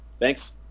Thanks